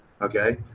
Okay